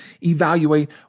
evaluate